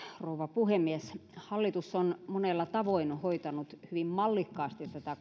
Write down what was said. rouva puhemies hallitus on monella tavoin hoitanut hyvin mallikkaasti tätä